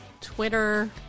Twitter